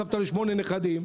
סבתא לשמונה נכדים,